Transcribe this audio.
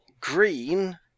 green